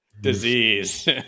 disease